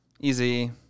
Easy